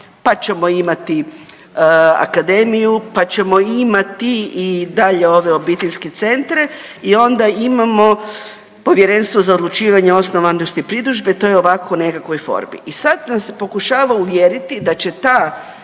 pa ćemo imati akademiju, pa ćemo imati i dalje ove obiteljske centre i onda imamo povjerenstvo za odlučivanje o osnovanosti pritužbe to je ovako u nekakvoj formi. I sad nas se pokušava uvjeriti da će ta